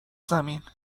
زمین